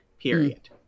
period